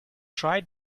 tried